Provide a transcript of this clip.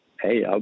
hey